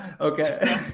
Okay